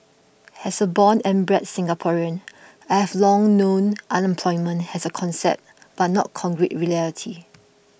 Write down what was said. has a born and bred Singaporean I have long known unemployment has a concept but not concrete reality